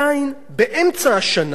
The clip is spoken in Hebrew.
כשבדקנו את העניין,